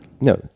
No